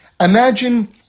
imagine